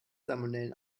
salmonellen